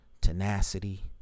Tenacity